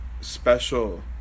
special